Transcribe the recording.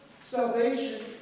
salvation